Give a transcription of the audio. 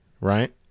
Right